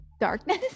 darkness